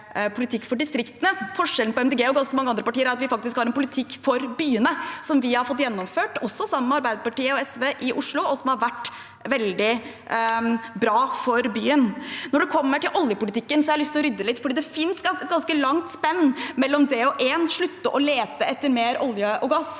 Grønne og ganske mange andre partier er at vi faktisk har en politikk for byene som vi har fått gjennomført, også sammen med Arbeiderpartiet og SV i Oslo, og som har vært veldig bra for byen. Når det gjelder oljepolitikken, har jeg lyst til å rydde opp litt, for det finnes et ganske langt spenn mellom det å slutte å lete etter mer olje og gass